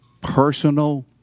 personal